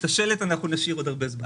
את השלט אנחנו נשאיר עוד הרבה זמן.